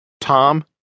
Tom